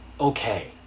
okay